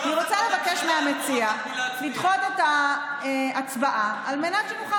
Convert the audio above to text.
אני רוצה לבקש מהמציע לדחות את ההצבעה על מנת שנוכל